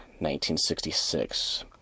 1966